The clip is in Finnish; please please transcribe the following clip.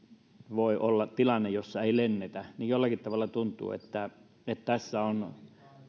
voi olla tilanne jossa ei lennetä jollakin tavalla tuntuu että tässä on